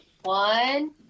One